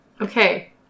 okay